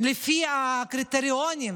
לפי הקריטריונים,